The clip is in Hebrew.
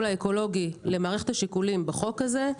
האקולוגי למערכת השיקולים בחוק הזה.